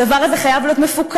הדבר הזה חייב להיות מפוקח,